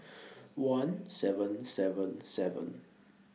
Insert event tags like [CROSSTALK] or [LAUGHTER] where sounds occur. [NOISE] one seven seven seven